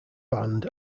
band